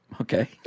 Okay